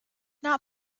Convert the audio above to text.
not